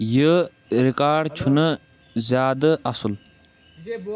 یہِ رِکارڈ چھُنہٕ زِیٛادٕ اصل